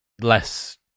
less